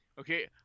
Okay